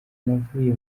navuye